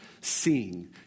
seeing